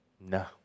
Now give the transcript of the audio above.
no